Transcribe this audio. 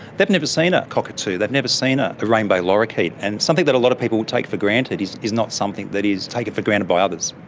they've never seen ah a cockatoo, they've never seen a rainbow lorikeet. and something that a lot of people would take for granted is is not something that is taken for granted by others.